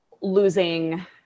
losing